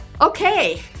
Okay